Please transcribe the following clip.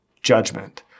judgment